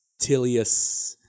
Tilius